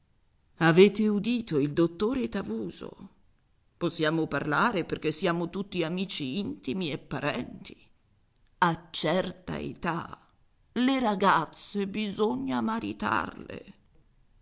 avete udito il dottore tavuso possiamo parlare perché siamo tutti amici intimi e parenti a certa età le ragazze bisogna maritarle